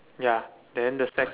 ya then the stack